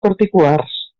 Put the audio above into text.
particulars